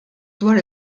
dwar